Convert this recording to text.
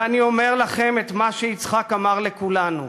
ואני אומר לכם את מה שיצחק אמר לכולנו: